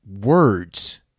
words